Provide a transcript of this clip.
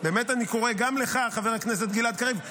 באמת אני קורא, גם לך, חבר הכנסת גלעד קריב.